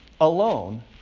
alone